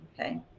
okay